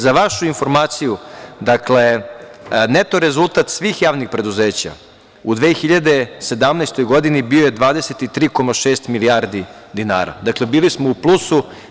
Za vašu informaciju, neto rezultat svih javnih preduzeća u 2017. godini bio je 23,6 milijardi dinara, dakle, bili smo u plusu.